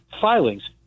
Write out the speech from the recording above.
filings